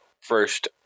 first